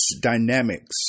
dynamics